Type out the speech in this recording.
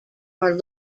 are